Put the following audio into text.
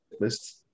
list